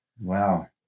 Wow